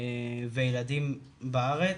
וילדים בארץ.